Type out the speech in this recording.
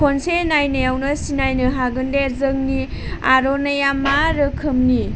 खनसे नायनायावनो सिनायनो हागोनदि जोंनि आर'नाइया मा रोखोमनि